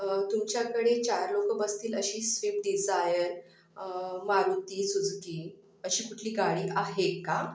तुमच्याकडे चार लोक बसतील अशी स्विफ्ट डिझायर मारुती सुझुकी अशी कुठली गाडी आहे का